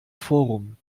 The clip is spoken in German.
forum